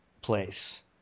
place